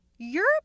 Europe